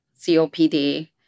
COPD